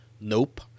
Nope